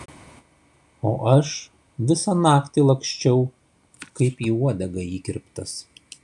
o aš visą naktį laksčiau kaip į uodegą įkirptas